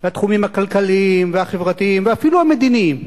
בתחומים הכלכליים והחברתיים ואפילו המדיניים.